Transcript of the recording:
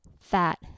fat